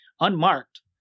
unmarked